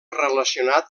relacionat